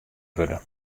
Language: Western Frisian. wurde